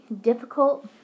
difficult